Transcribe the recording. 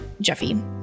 Jeffy